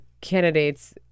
candidates